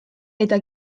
eta